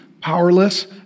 powerless